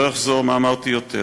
לא אחזור, מה אמרתי עוד.